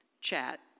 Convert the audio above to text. chat